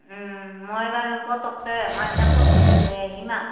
মই বাৰু পটককে মাইনাক পঠেই দি লৈ আহিম আ